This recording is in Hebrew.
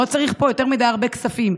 לא צריך פה הרבה מדי כספים,